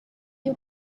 you